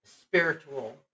spiritual